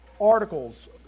articles